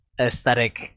aesthetic